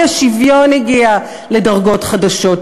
האי-שוויון הגיע לדרגות חדשות,